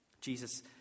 Jesus